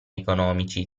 economici